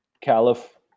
caliph